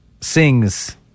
sings